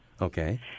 Okay